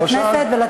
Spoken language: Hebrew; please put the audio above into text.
בבקשה.